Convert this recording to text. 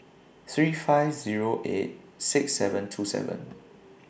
three five Zero eight six seven two seven